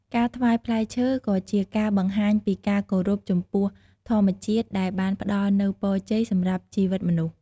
ការថ្វាយផ្លែឈើក៏ជាការបង្ហាញពីការគោរពចំពោះធម្មជាតិដែលបានផ្តល់នូវពរជ័យសម្រាប់ជីវិតមនុស្ស។